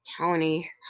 tony